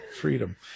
freedom